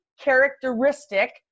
characteristic